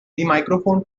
microphone